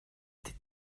était